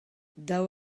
daou